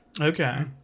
okay